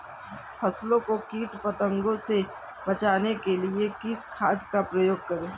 फसलों को कीट पतंगों से बचाने के लिए किस खाद का प्रयोग करें?